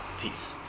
Peace